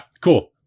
cool